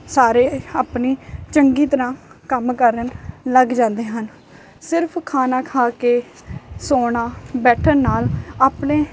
ਸਾਰੇ ਆਪਣੀ ਚੰਗੀ ਤਰ੍ਹਾਂ ਕੰਮ ਕਰਨ ਲੱਗ ਜਾਂਦੇ ਹਨ ਸਿਰਫ਼ ਖਾਣਾ ਖਾ ਕੇ ਸੋਣਾ ਬੈਠਣ ਨਾਲ ਆਪਣੇ